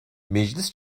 meclis